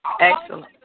excellent